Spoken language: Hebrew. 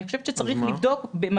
אני חושבת שאנחנו צריכים לבדוק עבודה